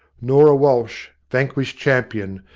norah walsh, vanquished champion,